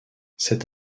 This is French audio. cet